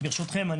ברשותכם,